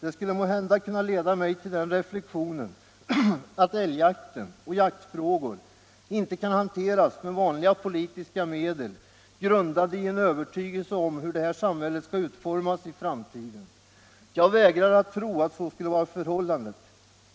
Det skulle måhända kunna leda mig till den reflexionen att älgjakten och andra jaktfrågor inte kan hanteras med vanliga politiska medel, grundade på en övertygelse om hur det här samhället skall utformas i framtiden. Jag vägrar att tro att så skulle vara förhållandet.